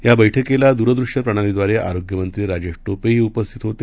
याबैठकीलादूरदृष्यप्रणालीद्वारेआरोग्यमंत्रीराजेशटोपेहीउपस्थितहोते